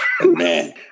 man